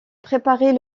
préparer